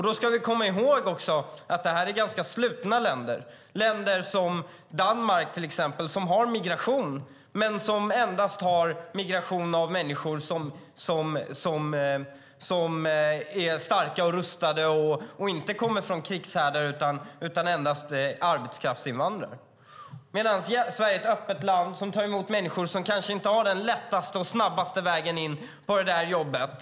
Då ska vi också komma ihåg att detta är ganska slutna länder. Danmark, till exempel, har migration men endast migration av människor som är starka och rustade och som inte kommer från krigshärdar utan som endast arbetskraftsinvandrar. Sverige är ett öppet land som tar emot människor som kanske inte har den lättaste och snabbaste vägen in till det där jobbet.